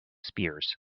spears